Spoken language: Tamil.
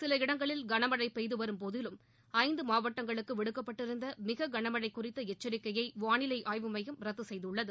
சில இடங்களில் கனமழை பெய்துவரும் போதிலும் ஐந்து மாவட்டங்களுக்கு விடுக்கப்பட்டிருந்த மிக கனமழை குறித்த எச்சரிக்கையை வானிலை ஆய்வு எமயம் ரத்து செய்துள்ளது